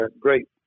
great